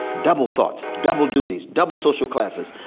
double thoughts, double duties, double social classes,